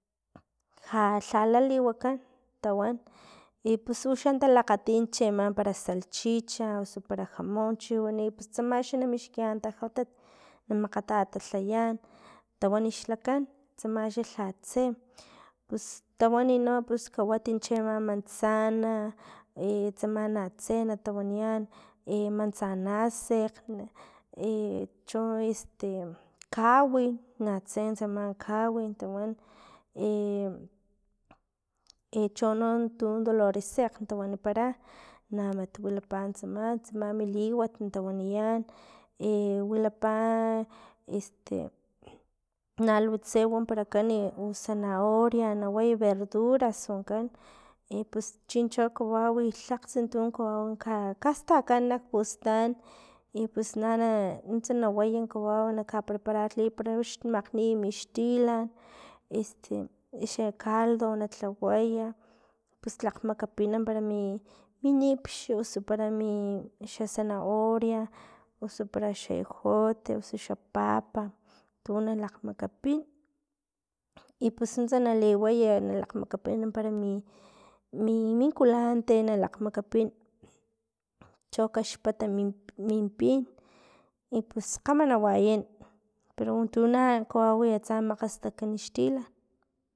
Lha- lhala liwakan tawan, i pus uxa talakgati chiama para salchicha, osu para jamon cbhiwani, pus tsama xa namixkiyan tajatat na makgatatatlayan tawani xlakan, tsama xa lhatse tawani no pus kawatiy chiama manzana, tsama na tse natawaniyan manzanasekg, cho este kawin, natsen tsaman kawin tawan, chono dolorusekgn tawanipara namat wilapa tsama tsama miliwat tawaniyan, wilapa este nalutse waparakani u zanohoria na naway verduras wankan pus chincho kawau tlakgsin tun kawawi kastakan nak pustan, i pus na nuntsa na waya kawau na prepararliy para wix na makgniy mixtilan, este xa caldo nalhaway, pus lakgmakapin para mi- mi nipx para mi xa zanohoria osu para ejote, osu xa papa, tu nalakgmakapin i pus nuntsa na liwaya na lakgmakapini para mi- mi kulanti na lakgmakapin cho kaxpata min pin i pus kgama na wayan, pero untu na kawawi atsa makgastajkan xtilan.